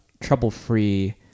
trouble-free